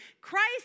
Christ